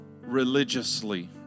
religiously